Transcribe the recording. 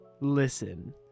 listen